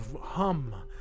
hum